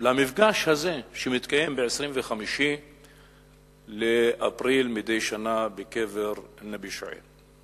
למפגש הזה שמתקיים ב-25 באפריל מדי שנה בקבר הנביא שועייב.